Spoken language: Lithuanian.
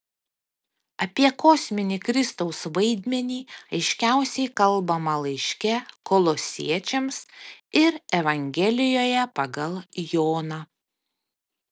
apie kosminį kristaus vaidmenį aiškiausiai kalbama laiške kolosiečiams ir evangelijoje pagal joną